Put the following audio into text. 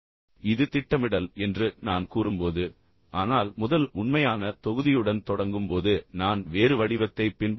இது திட்டமிடல் என்று நான் கூறும்போது ஆனால் முதல் உண்மையான தொகுதியுடன் தொடங்கும்போது நான் வேறு வடிவத்தைப் பின்பற்றலாம்